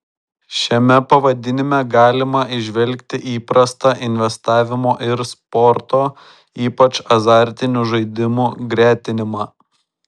šiame pavadinime galima įžvelgti įprastą investavimo ir sporto ypač azartinių žaidimų gretinimą